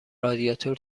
رادیاتور